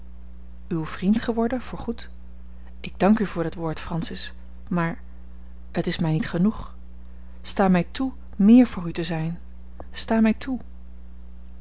uw vriend geworden voor goed ik dank u voor dat woord francis maar het is mij niet genoeg sta mij toe meer voor u te zijn sta mij toe